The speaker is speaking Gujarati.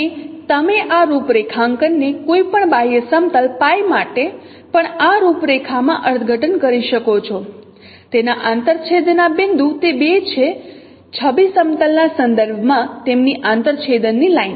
અને તમે આ રૂપરેખાંકનને કોઈ પણ બાહ્ય સમતલ માટે પણ આ રૂપરેખા માં અર્થઘટન કરી શકો છો તેના આંતરછેદના બિંદુ તે બે છે છબી સમતલ ના સંદર્ભમાં તેની આંતરછેદની લાઇન